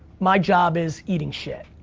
my job is eating shit.